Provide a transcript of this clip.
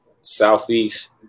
Southeast